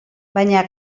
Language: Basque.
baina